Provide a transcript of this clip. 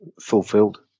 fulfilled